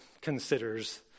considers